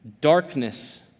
Darkness